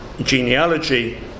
genealogy